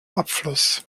abfluss